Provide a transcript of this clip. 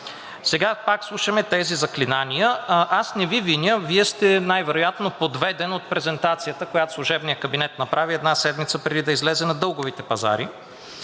Сега пак слушаме тези заклинания. Аз не Ви виня. Вие сте най-вероятно подведен от презентацията, която служебният кабинет направи една седмица преди да излезе на дълговите пазари,